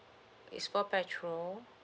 it's for petrol